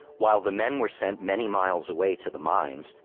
while the men were sent many miles away to the mines,